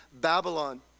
Babylon